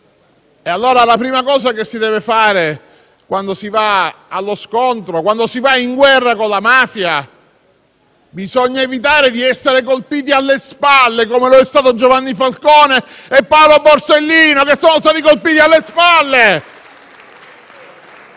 Allora la prima cosa che si deve fare quando si va allo scontro, quando si va in guerra con la mafia, è evitare di essere colpiti alle spalle, come lo sono stati Giovanni Falcone e Paolo Borsellino, che sono stati colpiti alle spalle!